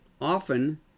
Often